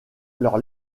leur